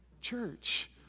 church